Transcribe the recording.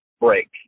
break